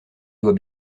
doit